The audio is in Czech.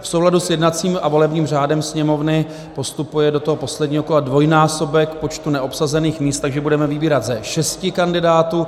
V souladu s jednacím a volebním řádem Sněmovny postupuje do posledního kola dvojnásobek počtu neobsazených míst, takže budeme vybírat ze šesti kandidátů.